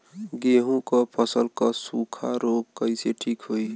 गेहूँक फसल क सूखा ऱोग कईसे ठीक होई?